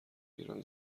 گیرم